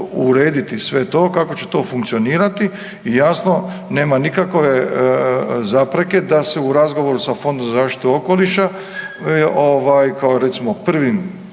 urediti sve to, kako će to funkcionirati i jasno nema nikakve zapreke da se u razgovoru sa Fondom za zaštitu okoliša ovaj kao recimo prvim